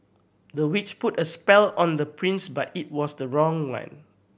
the witch put a spell on the prince but it was the wrong one